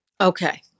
Okay